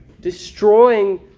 destroying